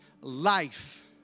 life